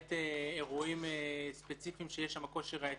למעט אירועים ספציפיים שיש שם קושי ראייתי,